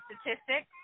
statistics